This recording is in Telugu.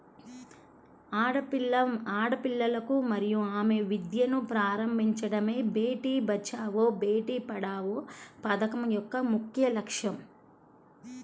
ఆడపిల్లలను మరియు ఆమె విద్యను ప్రారంభించడమే బేటీ బచావో బేటి పడావో పథకం యొక్క లక్ష్యం